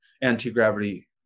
anti-gravity